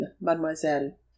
mademoiselle